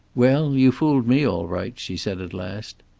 well, you fooled me all right, she said at last.